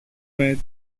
red